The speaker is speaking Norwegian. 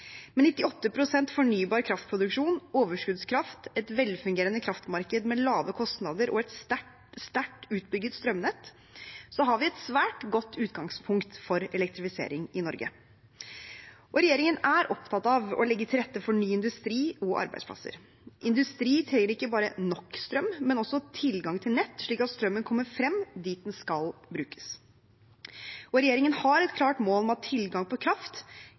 Med 98 pst. fornybar kraftproduksjon, overskuddskraft, et velfungerende kraftmarked med lave kostnader og et sterkt utbygd strømnett har vi et svært godt utgangspunkt for elektrifisering i Norge. Regjeringen er opptatt av å legge til rette for ny industri og arbeidsplasser. Industri trenger ikke bare nok strøm, men også tilgang til nett slik at strømmen kommer frem dit den skal brukes, og regjeringen har et klart mål om at tilgangen til kraft